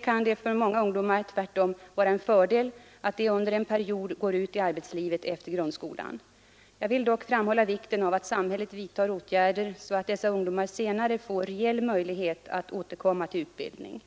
kan det för många ungdomar tvärtom vara en fördel att de under en period går ut i arbetslivet efter grundskolan. Jag vill dock framhålla vikten av att samhället vidtar åtgärder så att dessa ungdomar senare får reell möjlighet att återkomma till utbildning.